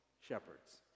shepherds